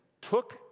took